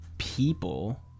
People